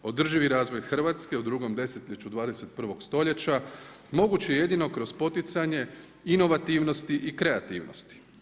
Održivi razvoj Hrvatske u drugom desetljeću 21. stoljeća moguće je jedino kroz poticanje inovativnosti i kreativnosti.